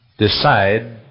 Decide